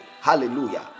Hallelujah